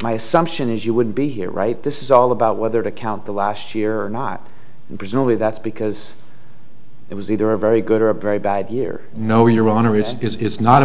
my assumption is you wouldn't be here right this is all about whether to count the last year not and presumably that's because it was either a very good or a very bad year no your honor it is not a